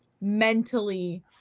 mentally